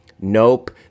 Nope